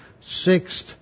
sixth